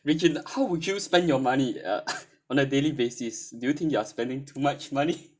regine how would you spend your money uh on a daily basis do you think you are spending too much money